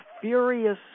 furious